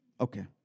Okay